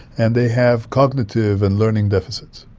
and they have cognitive and learning deficits.